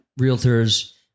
realtors